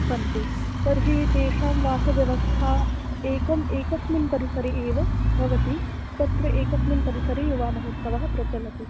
सन्ति तर्हि तेषां वासव्यवस्था एकम् एकस्मिन् परिसरे एव भवति तत्र एकस्मिन् परिसरे युवामहोत्सवः प्रचलति